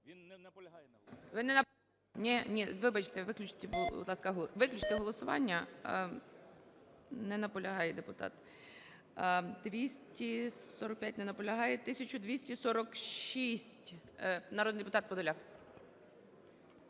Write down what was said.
не наполягає на голосуванні,